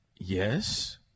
yes